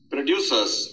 Producers